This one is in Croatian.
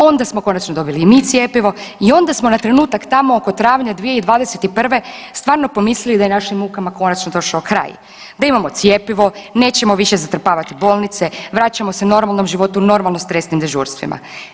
Onda smo konačno dobili i mi cjepivo i onda smo na trenutak tako oko travnja 2021. stvarno pomislili da je našim mukama konačno došao kraj, da imamo cjepivo, nećemo više zatrpavati bolnice, vraćamo se normalnom životu i normalno stresnim dežurstvima.